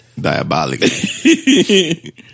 Diabolically